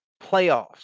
playoffs